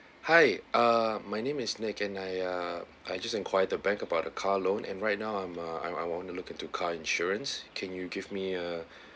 hi uh my name is nick and I ah I just enquire the bank about the car loan and right now I'm uh I'm I on the look into car insurance can you give me a